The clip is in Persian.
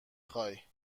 خوای